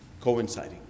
coinciding